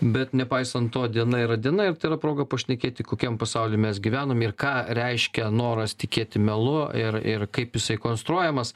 bet nepaisant to diena yra diena ir tai yra proga pašnekėti kokiam pasauly mes gyvenam ką reiškia noras tikėti melu ir ir kaip jisai konstruojamas